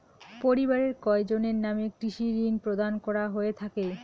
পরিবারের কয়জনের নামে কৃষি ঋণ প্রদান করা হয়ে থাকে?